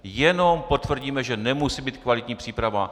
Jenom potvrdíme, že nemusí být kvalitní příprava.